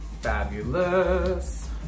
Fabulous